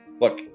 Look